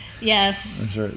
Yes